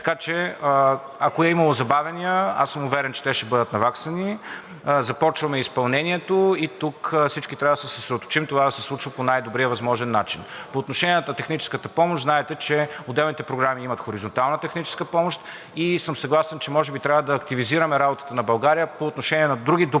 Така че, ако е имало забавяния, аз съм уверен, че те ще бъдат наваксани. Започваме изпълнението и тук всички трябва да се съсредоточим това да се случва по най-добрия възможен начин. По отношение на техническата помощ. Знаете, че отделните програми имат хоризонтална техническа помощ и съм съгласен, че може би трябва да активизираме работата на България по отношение на други допълнителни